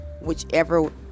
whichever